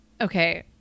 Okay